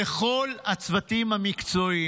לכל הצוותים המקצועיים,